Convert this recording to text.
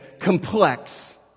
Complex